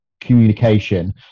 communication